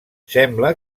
sembla